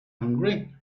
hungry